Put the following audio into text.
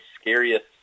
scariest